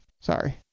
Sorry